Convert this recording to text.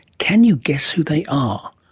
can you guess who they are?